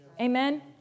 Amen